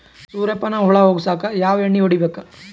ಸುರ್ಯಪಾನ ಹುಳ ಹೊಗಸಕ ಯಾವ ಎಣ್ಣೆ ಹೊಡಿಬೇಕು?